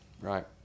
right